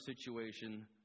situation